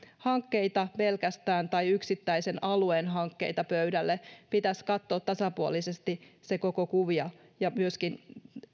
hankkeita tai yksittäisen alueen hankkeita pöydälle pitäisi katsoa tasapuolisesti se koko kuvio myöskin